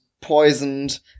poisoned